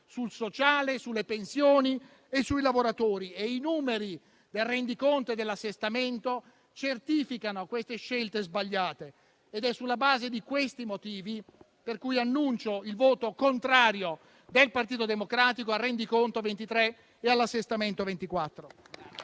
sul sociale, sulle pensioni e sui lavoratori. I numeri del Rendiconto e dell'assestamento certificano queste scelte sbagliate. Ed è sulla base di questi motivi che annuncio il voto contrario del Partito Democratico sul Rendiconto generale